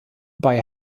bei